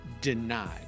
denied